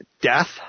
death